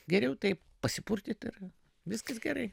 geriau taip pasipurtyt ir viskas gerai